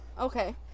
okay